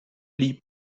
pli